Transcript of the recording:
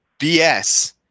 BS